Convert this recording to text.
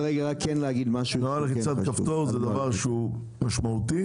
נוהל לחיצת כפתור זה דבר משמעותי,